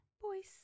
boys